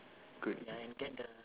good